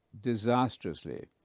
disastrously